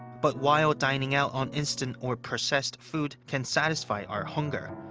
but while dining out on instant or processed food can satisfy our hunger,